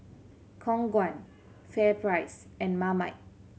Khong Guan FairPrice and Marmite